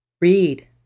Read